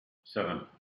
seven